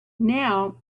now